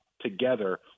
together